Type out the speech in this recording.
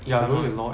ya law